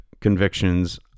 convictions